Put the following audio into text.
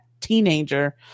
teenager